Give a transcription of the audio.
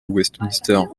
westminster